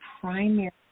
primary